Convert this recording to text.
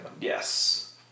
Yes